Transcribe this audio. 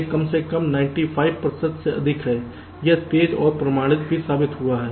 यह कम से कम 95 प्रतिशत से अधिक है यह तेज और प्रमाणित भी साबित हुआ है